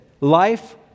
life